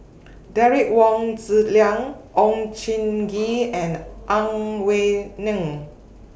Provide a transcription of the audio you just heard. Derek Wong Zi Liang Oon Jin Gee and Ang Wei Neng